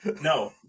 No